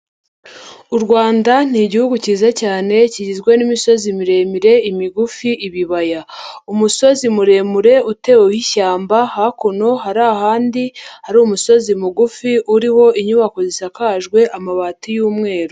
U Rwanda ni Igihugu cyiza cyane kigizwe n'imisozi miremire, imigufi, ibibaya, umusozi muremure uteweho ishyamba, hakuno hari ahandi hari umusozi mugufi uriho inyubako zisakajwe amabati y'umweru.